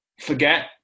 forget